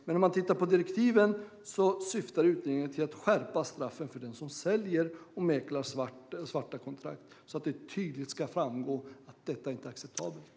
Men i direktiven ser man att utredningen syftar till att skärpa straffen för den som säljer och mäklar svarta kontrakt. Det ska tydligt framgå att detta inte är acceptabelt.